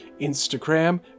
Instagram